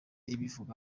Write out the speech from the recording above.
ibivugaho